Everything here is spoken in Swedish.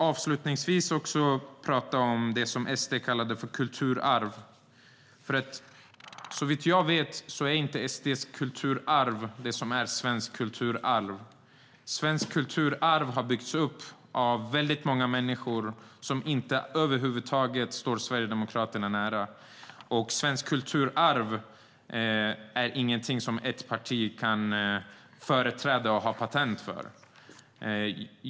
Avslutningsvis vill jag tala om det som SD kallade för kulturarv. Såvitt jag vet är SD:s kulturarv inte det som är det svenska kulturarvet. Svenskt kulturarv har byggts upp av många människor som över huvud taget inte står Sverigedemokraterna nära. Svenskt kulturarv är ingenting som ett parti ensamt kan företräda och ha patent på.